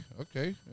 Okay